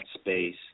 space